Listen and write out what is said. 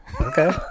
Okay